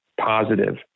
positive